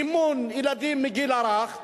מימון ילדים מהגיל הרך,